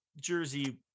jersey